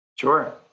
sure